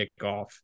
kickoff